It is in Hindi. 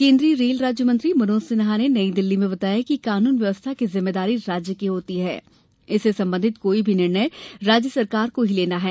केन्द्रीय रेल राज्य मंत्री मनोज सिन्हा ने नई दिल्ली में बताया कि कानून व्यवस्था की जिम्मेदारी राज्य की होती है इससे संबंधित कोई भी निर्णय राज्य सरकार को ही लेना है